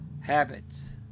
habits